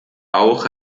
auch